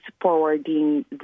forwarding